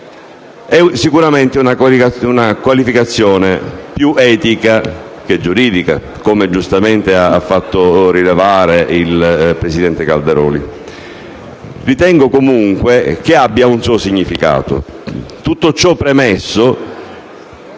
È sicuramente una qualificazione più etica che giuridica, come giustamente ha fatto rilevare il presidente Calderoli. Ritengo comunque che abbia un suo significato. Tutto ciò premesso,